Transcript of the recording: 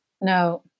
No